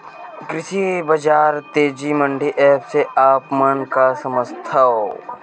कृषि बजार तेजी मंडी एप्प से आप मन का समझथव?